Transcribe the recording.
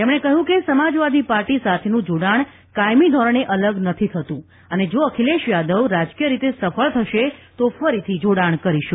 તેમણે કહ્યું કે સમાજવાદી પાર્ટી સાથેનું જોડાણ કાયમી ધોરણે અલગ નથી થતું અને જો અખિલેશ યાદવ રાજકીય રીતે સફળ થશે તો ફરીથી જોડાણ કરીશું